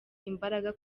imbaraga